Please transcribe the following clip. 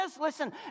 Listen